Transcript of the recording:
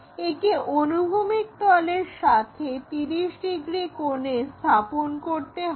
একে অনুভূমিক তলের সাথে 30 ডিগ্রী কোণে স্থাপন করতে হবে